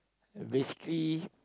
basically